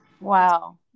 Wow